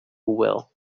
well